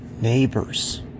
neighbors